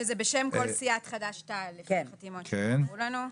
שזה בשם כל סיעת חד"ש-תע"ל לפי החתימות שהעבירו לנו.